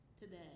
today